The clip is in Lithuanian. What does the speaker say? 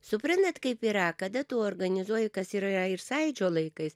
suprantat kaip yra kada tu organizuoji kas yra ir sąjūdžio laikais